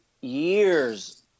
years